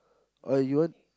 or you want